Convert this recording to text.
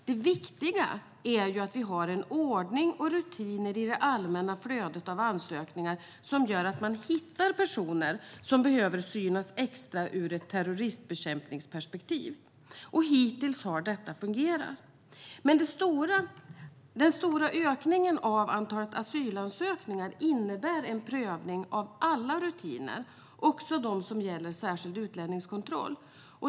Det viktiga är att vi har en ordning och rutiner i det allmänna flödet av ansökningar som gör att man hittar personer som behöver synas extra ur ett terroristbekämpningsperspektiv. Hittills har detta fungerat. Den stora ökningen av antalet asylansökningar innebär dock en prövning av alla rutiner, också dem som gäller särskild utlänningskontroll.